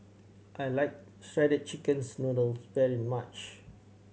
I like shredded chickens noodles very much